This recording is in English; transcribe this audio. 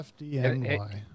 FDNY